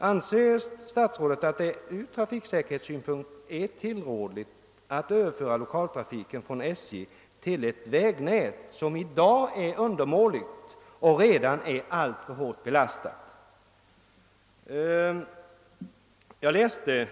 Anser statsrådet att det från trafiksäkerhetssynpunkt är tillrådligt att överföra lokaltrafiken från SJ till ett vägnät som i dag är undermåligt och redan alltför hårt belastat?